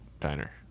diner